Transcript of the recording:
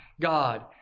God